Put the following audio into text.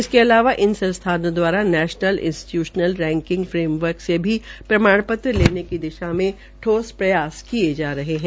इसके अलावा इन संस्थानों द्वारा नेशनल इंस्टीट्यूशनल रैंकिंग फ्रेमवर्क से भी प्रमाण पत्र लेने की दिशा में ठोस प्रयास किये जा रहे है